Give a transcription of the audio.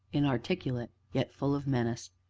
inarticulate, yet full of menace.